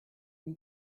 این